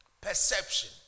Perception